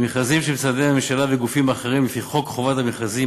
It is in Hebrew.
במכרזים של משרדי ממשלה וגופים אחרים לפי חוק חובת המכרזים,